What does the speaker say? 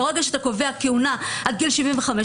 ברגע שאתה קובע כהונה עד גיל 75,